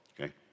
okay